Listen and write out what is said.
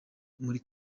muri